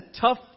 tough